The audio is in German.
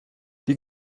die